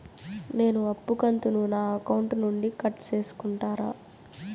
నేను అప్పు కంతును నా అకౌంట్ నుండి కట్ సేసుకుంటారా?